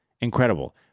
incredible